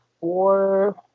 four